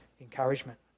encouragement